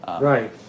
right